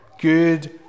Good